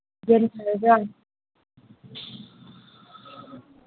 ꯒ꯭ꯌꯥꯟ ꯇꯥꯔꯕ꯭ꯔꯥ